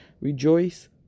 Rejoice